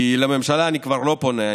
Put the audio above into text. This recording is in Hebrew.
כי לממשלה אני כבר לא פונה,